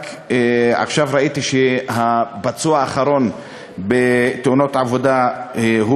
רק עכשיו ראיתי שהפצוע האחרון בתאונות עבודה הוא